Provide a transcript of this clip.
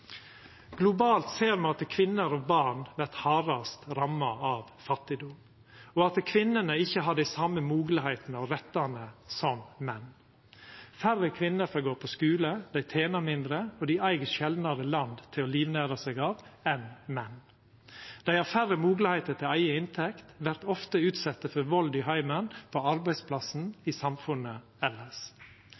Globalt ser me at kvinner og barn vert hardast ramma av fattigdom, og at kvinnene ikkje har dei same moglegheitene og rettane som menn. Færre kvinner får gå på skule, dei tener mindre, og dei eig sjeldnare land til å livnæra seg av enn menn. Dei har færre moglegheiter til eiga inntekt, vert ofte utsette for vald i heimen, på arbeidsplassen og i samfunnet elles.